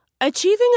Achieving